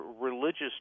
religious